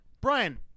Brian